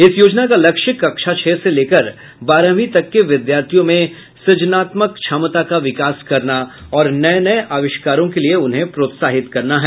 इस योजना का लक्ष्य कक्षा छह से लेकर बारहवीं तक के विद्यार्थियों में सुजनात्मक क्षमता का विकास करना और नये नये आवष्कारों के लिये उन्हें प्रोत्साहित करना है